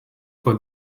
for